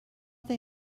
they